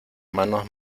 manos